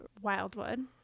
Wildwood